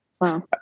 Wow